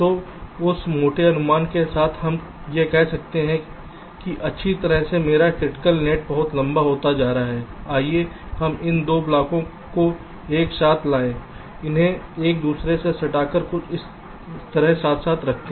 तो उस मोटे अनुमान के साथ हम यह कह सकते हैं कि अच्छी तरह से मेरा क्रिटिकल नेट बहुत लंबा होता जा रहा है आइए हम इन 2 ब्लॉकों को एक साथ लाएं उन्हें एक दूसरे से सटाकर कुछ इस तरह से साथ रखें